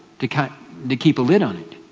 to kind of to keep a lid on it.